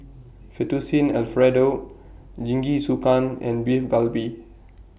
Fettuccine Alfredo Jingisukan and Beef Galbi